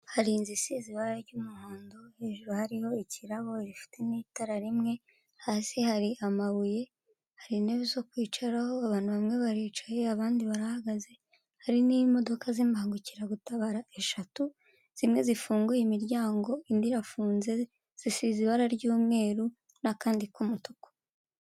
Hari inzu isize ibara ry'umuhond hejuru hariho ikirabo rifite n'itara rimwe hasi hari amabuye hari intebe zo kwicaraho abantu bamwe baricaye abandi barahagaze, hari n'imodoka z'imbangukirabutabara eshatu zimwe zifunguye imiryango indi irafunze zisize ibara ry'umweru n'akandi k'umutuku.